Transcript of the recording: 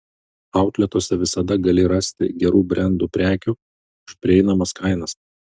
autletuose visada gali rasti gerų brendų prekių už prieinamas kainas